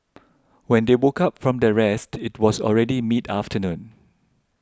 when they woke up from their rest it was already mid afternoon